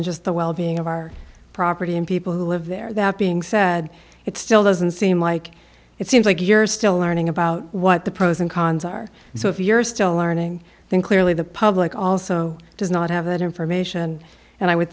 and just the well being of our property and people who live there that being said it still doesn't seem like it seems like you're still learning about what the pros and cons are so if you're still learning then clearly the public also does not have that information and i would